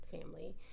family